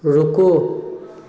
रुको